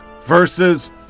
versus